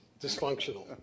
Dysfunctional